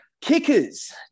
Kickers